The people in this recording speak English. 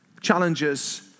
challenges